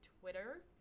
Twitter